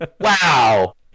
wow